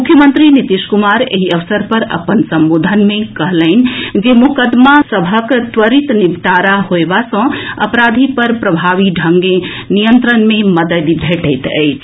मुख्यमंत्री नीतीश कुमार एहि अवसर पर अपन संबोधन मे कहलनि जे मोकदमा सभक त्वरित निपटारा होएबा सँ अपराध पर प्रभावी ढ़ग सँ नियंत्रण मे मददि भेटैत अछि